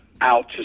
out